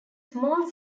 small